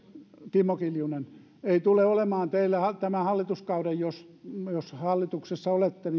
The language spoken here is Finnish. kimmo kiljunen ei tule olemaan teille tämän hallituskauden viimeinen korotus jos hallituksessa olette